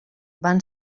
van